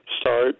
start